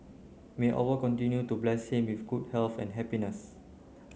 may Allah continue to bless him with good health and happiness